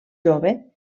jove